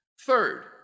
Third